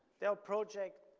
the ah project,